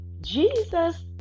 Jesus